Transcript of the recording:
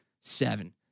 seven